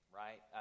right